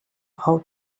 how